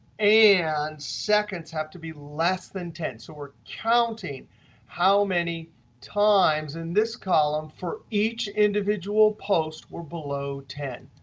and seconds have to be less than ten. so we're counting how many times in this column for each individual post we're below ten.